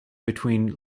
between